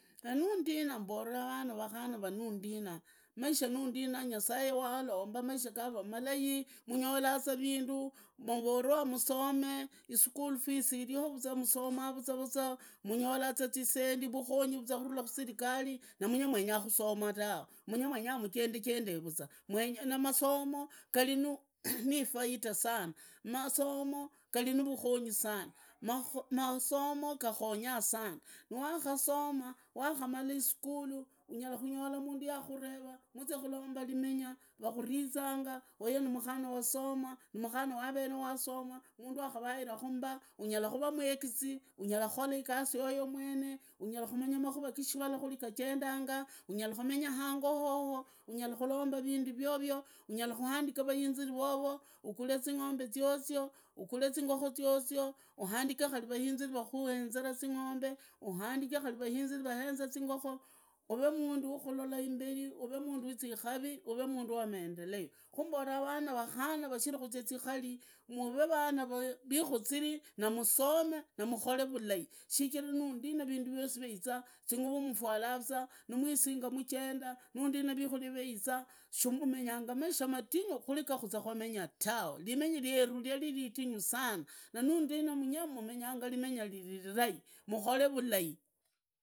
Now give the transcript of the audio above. Kari nuundina mbolu rana rakana nuundina, maisha nuundina nyasaye yaloomba maisha gavaa malai, munyola za vindu, munyola za musomaa ischool fees irio musomaa vuzwa butza, mungolanga za zisendi vakonyi kurula muserekali na mange mwenga kusoma tawe, munye mwenya mujendejende vuza mwenya masomo garimu ni faida sana, masomo gari nuvukonyi sana, masomo gakhonga sana, nwakasoma, wakamara isukulu unyala kunyola mundu yakanureva uzi kuromba limenya vakurizanga, yeyo ni mukhana yasoma mukhan nuwavere wasoma mundu akwavaira ku mba, unyala kuvaa mwegizii unyala mukolaa igasi, yoyo mwene, unyala kumanya makuva gishgishivala kuri gajendanga, unyala kumenya ango hoho nwene, unyala khulomba vindu vgovya unyala kuandika vainziri vovo, ugale zingombe zyozyo, ugule zingokoo zyozyo uhandike kari vainziri vanya kukuenzera zing’ombe, uhandika khandi vainzi vaenza zingokoo, uvee mundu wakuenza imberi, uveemundu wizikari, uveemundu wa maendeleo khumbala vanai vakhana rashiri muzikari, muvee vana, zikuziri na masomee na mukholee vulai, shichira nundina vindu vyosi viaizu zinguvu mufwala vuzwa nimuisinga maisha matinyu kuri kuzee kwamenyaa tawe, limenya iyeru lyari litinyu sana na nuundina munyee, mumenganaa limenya lililirai mukhole vulai